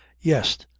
yes.